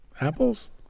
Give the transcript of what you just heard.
Apples